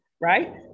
right